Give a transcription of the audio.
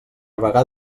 vagar